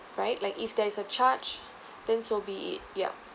right like if there is a charge then so be it yup